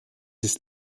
ist